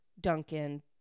Duncan